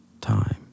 time